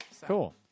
Cool